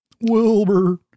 Wilbur